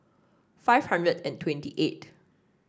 five hundred and twenty eight